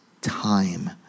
time